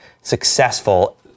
successful